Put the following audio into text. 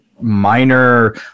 minor